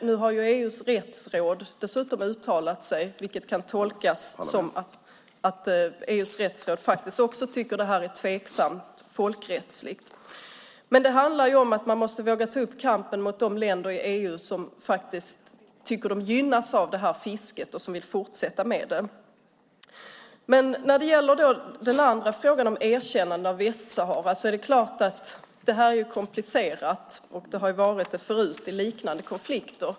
Nu har ju EU:s rättsråd dessutom uttalat sig, vilket kan tolkas som att EU:s rättsråd faktiskt också tycker att det här är tveksamt folkrättsligt. Det handlar ändå om att man måste våga ta upp kampen mot de länder i EU som faktiskt tycker att de gynnas av det här fisket och som vill fortsätta med det. När det gäller den andra frågan, om erkännande av Västsahara, är det klart att det är komplicerat. Det har det varit förut i liknande konflikter.